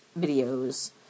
videos